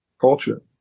culture